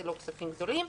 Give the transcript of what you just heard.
זה לא כספים גדולים.